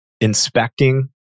inspecting